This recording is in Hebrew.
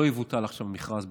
לא יבוטל עכשיו המכרז.